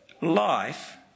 life